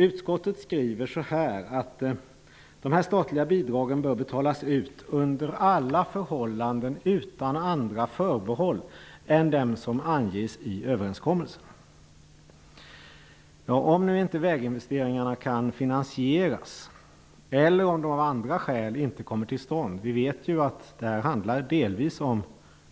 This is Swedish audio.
Utskottet skriver att dessa statliga bidrag bör betalas ut under alla förhållanden utan andra förbehåll än dem som anges i överenskommelsen. Vi vet ju att detta delvis handlar om